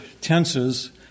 tenses